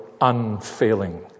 unfailing